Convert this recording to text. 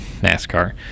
NASCAR